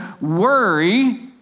worry